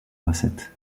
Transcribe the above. recette